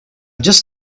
just